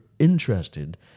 interested